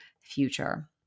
Future